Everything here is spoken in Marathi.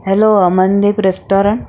hello Amandeep restaurant